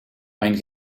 mijn